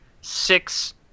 six